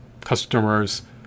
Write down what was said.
customers